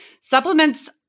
supplements